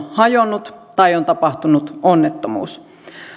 hajonnut tai on tapahtunut onnettomuus